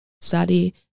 study